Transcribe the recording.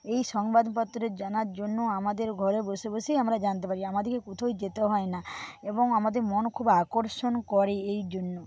এই সংবাদপত্রে জানার জন্য আমাদের ঘরে বসে বসেই আমরা জানতে পারি আমাদেরকে কোথাও যেতে হয় না এবং আমাদের মন খুব আকর্ষণ করে এই জন্য